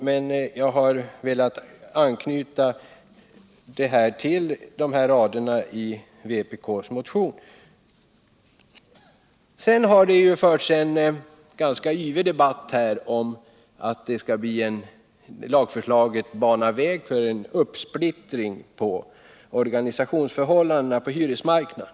7 Jag har velat anknyta de här synpunkterna till de rader i vpk:s motion som jag citerade. Det har förts en ganska yvig debatt här om att lagförslaget skulle bana väg för en organisationsuppsplittring på hyresmarknaden.